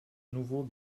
nouveau